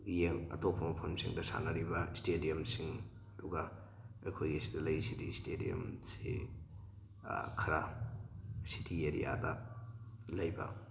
ꯑꯇꯣꯞꯄ ꯃꯐꯝꯁꯤꯡꯗ ꯁꯥꯟꯅꯔꯤꯕ ꯏꯁꯇꯦꯗꯤꯌꯝꯁꯤꯡ ꯑꯗꯨꯒ ꯑꯩꯈꯣꯏꯒꯤꯁꯤꯗ ꯂꯩꯔꯤꯁꯤꯗꯤ ꯏꯁꯇꯦꯗꯤꯌꯝꯁꯤ ꯈꯔ ꯁꯤꯇꯤ ꯑꯦꯔꯤꯌꯥꯗ ꯂꯩꯕ